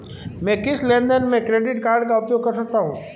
मैं किस लेनदेन में क्रेडिट कार्ड का उपयोग कर सकता हूं?